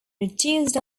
reduced